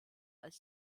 als